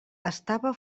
estava